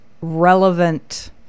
relevant